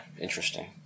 interesting